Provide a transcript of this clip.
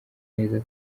neza